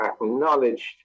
acknowledged